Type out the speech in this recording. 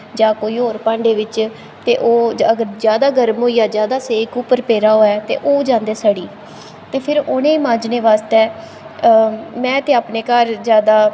जां कोई होर भांडे बिच्च ते ओह् अगर जैदा गरम होई जा जैदा सेक उप्पर पेदा होऐ ते ओह् जांदे सड़ी ते फिर उ'नें गी मांजनें बास्तै में ते अपने घर जैदा